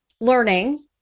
learning